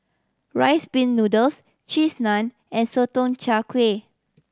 Rice Pin Noodles Cheese Naan and Sotong Char Kway